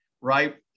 right